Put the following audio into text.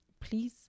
please